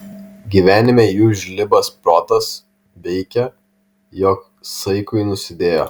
gyvenime jų žlibas protas veikė jog saikui nusidėjo